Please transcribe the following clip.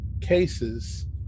cases